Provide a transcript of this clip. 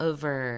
Over